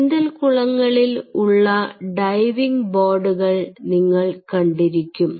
നീന്തൽ കുളങ്ങളിൽ ഉള്ള ഡൈവിംഗ് ബോർഡുകൾ നിങ്ങൾ കണ്ടിരിക്കും